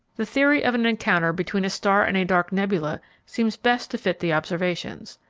the theory of an encounter between a star and a dark nebula seems best to fit the observations.